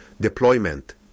deployment